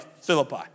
Philippi